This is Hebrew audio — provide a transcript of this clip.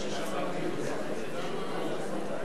יושב-ראש הכנסת,